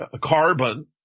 carbon